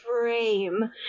frame